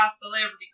celebrity